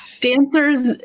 dancers